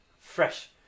Fresh